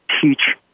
teach